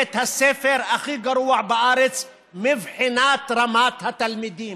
בית הספר הכי גרוע בארץ מבחינת רמת התלמידים,